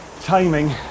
timing